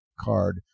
card